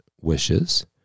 wishes